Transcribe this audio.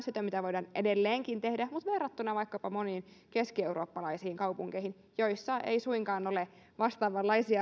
sellaista mitä voidaan edelleenkin tehdä verrattuna vaikkapa moniin keskieurooppalaisiin kaupunkeihin joissa ei suinkaan ole vastaavanlaisia